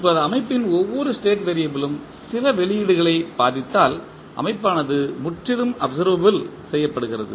இப்போது அமைப்பின் ஒவ்வொரு ஸ்டேட் வேரியபிளும் சில வெளியீடுகளை பாதித்தால் அமைப்பானது முற்றிலும் அப்சர்வபில் செய்யப்படுகிறது